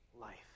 life